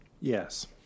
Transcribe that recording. Yes